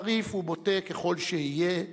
חריף ובוטה ככל שיהיה,